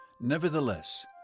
Nevertheless